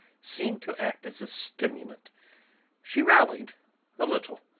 seemed to act as a stimulant she rallied a little,